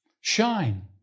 Shine